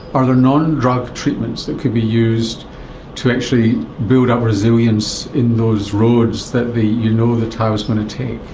are there non-drug treatments that could be used to actually build up resilience in those roads that you know the tau is going to take?